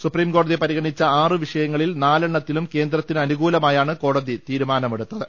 സുപ്രീംകോടതി പരിഗണിച്ച ആറ് വിഷയങ്ങളിൽ നാലെണ്ണത്തിലും കേന്ദ്രത്തിന് അനുകൂല മായാണ് കോടതി തീരുമാനമെടുത്തത്